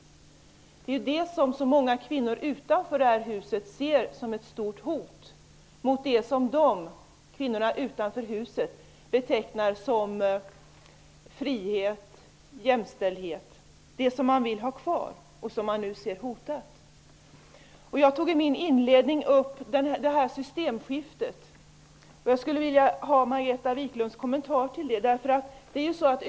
Det är ju detta som många kvinnor utanför det här huset ser som ett stort hot mot det som de betecknar som frihet och jämställdhet, som något som man vill ha kvar och som man nu ser hotat. Jag nämnde inledningsvis systemskiftet. Jag skulle vilja ha en kommentar från Margareta Viklund.